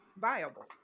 viable